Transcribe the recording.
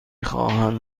خواهم